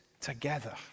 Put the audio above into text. together